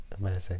Amazing